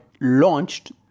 launched